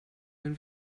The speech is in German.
wenn